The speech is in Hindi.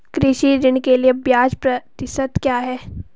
कृषि ऋण के लिए ब्याज प्रतिशत क्या है?